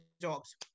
jobs